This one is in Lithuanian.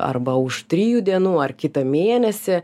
arba už trijų dienų ar kitą mėnesį